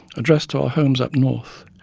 addressed to our homes up north.